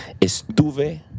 estuve